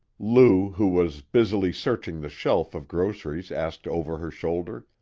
lou, who was busily searching the shelf of groceries, asked over her shoulder.